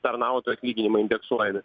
tarnautojų atlyginimai indeksuojami